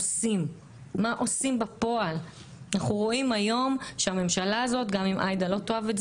היום ה- 14 ליוני 2022 ואנחנו היום לצערנו הרב בנושא מאוד כאוב,